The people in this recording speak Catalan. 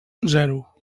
zero